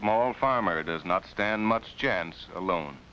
small farmer does not stand much chance alone